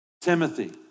Timothy